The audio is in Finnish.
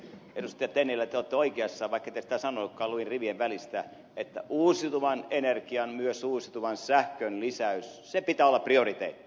tennilä te olette oikeassa vaikka te ette sitä sanonutkaan luin sen rivien välistä että uusiutuvan energian myös uusiutuvan sähkön lisäyksen pitää olla prioriteetti